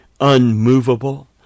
unmovable